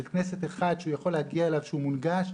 בית כנסת אחד שהוא יכול להגיע אליו שהוא מונגש,